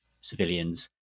civilians